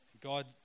God